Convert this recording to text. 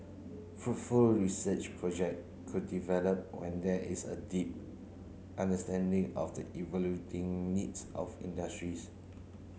fruitful research project could develop when there is a deep understanding of the needs of industries